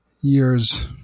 years